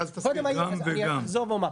אני אחזור ואומר.